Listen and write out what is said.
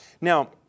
Now